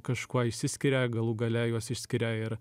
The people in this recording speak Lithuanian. kažkuo išsiskiria galų gale juos išskiria ir